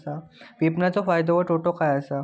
विपणाचो फायदो व तोटो काय आसत?